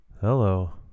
hello